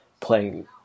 playing